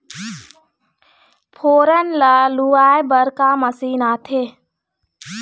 फोरन ला लुआय बर का मशीन आथे?